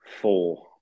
four